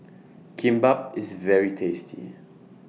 Kimbap IS very tasty